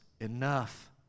enough